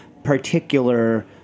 particular